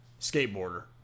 Skateboarder